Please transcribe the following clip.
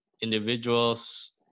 individuals